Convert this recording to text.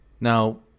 Now